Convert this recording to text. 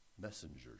messengers